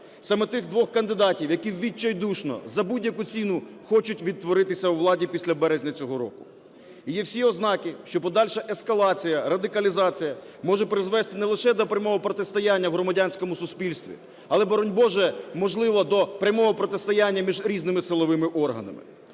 саме тих двох кандидатів, які відчайдушно за будь-яку ціну хочуть відтворитися у владі після березня цього року. І є всі ознаки, що подальша ескалація, радикалізація може призвести не лише до прямого протистояння в громадянському суспільстві, але, боронь Боже, можливо, до прямого протистояння між різними силовими органами.